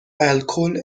الکل